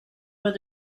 vad